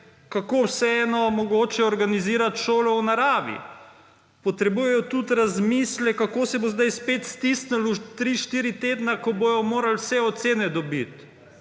kako vseeno mogoče organizirati šolo v naravi. Potrebujejo tudi razmislek, kako se bo sedaj stisnilo v tri, štiri tedne, ko bodo morali vse ocene dobiti.